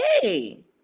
Hey